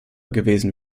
gewesen